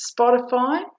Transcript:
Spotify